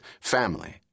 family